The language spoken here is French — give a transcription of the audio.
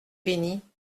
béni